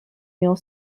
near